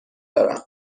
دارم